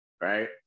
right